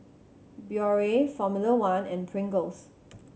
Biore Formula One and Pringles